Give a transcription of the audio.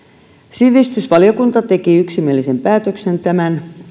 sivistysvaliokunta teki yksimielisen päätöksen tämän